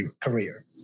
career